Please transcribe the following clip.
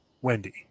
wendy